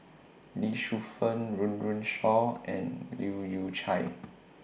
Lee Shu Fen Run Run Shaw and Leu Yew Chye